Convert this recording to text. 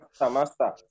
master